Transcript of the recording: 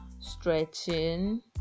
stretching